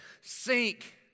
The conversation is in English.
sink